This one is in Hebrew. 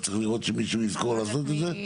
רק צריך לראות שמישהו יזכור לעשות את זה?